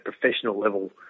professional-level